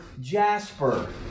jasper